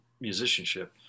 musicianship